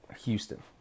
Houston